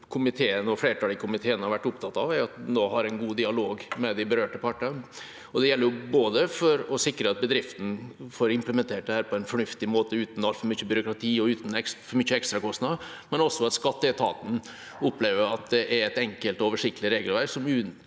har vært opptatt av, er at en har en god dialog med de berørte partene. Det gjelder både for å sikre at bedriftene får implementert dette på en fornuftig måte uten altfor mye byråkrati og ekstrakostnader, og også for at skatteetaten opplever at dette er et enkelt og oversiktlig regelverk, så